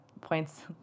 points